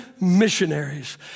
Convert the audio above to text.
missionaries